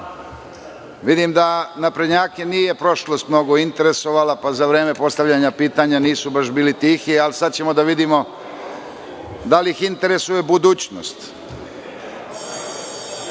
da naprednjake nije prošlost mnogo interesovala, pa za vreme postavljanja pitanja nisu baš bili tihi, ali sada ćemo da vidimo da li ih interesuje budućnost. Dakle,